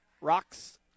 rocks